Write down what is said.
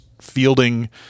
fielding